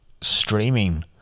streaming